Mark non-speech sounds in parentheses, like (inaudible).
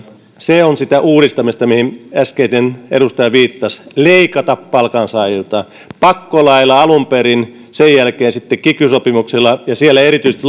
se on sitä uudistamista mihin äskeinen edustaja viittasi palkansaajilta leikkaaminen pakkolaeilla alun perin sen jälkeen sitten kiky sopimuksella ja siellä erityisesti (unintelligible)